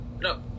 No